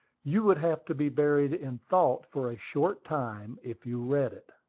you would have to be buried in thought for a short time if you read it.